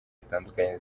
zitandukanye